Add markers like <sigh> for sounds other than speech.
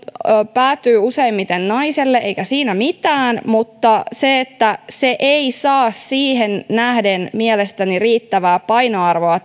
päätyy useimmiten naiselle eikä siinä mitään mutta tämä politiikan ala ei saa siihen nähden mielestäni riittävää painoarvoa <unintelligible>